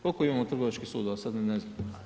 Koliko imamo trgovačkih sudova sad ni ne znam?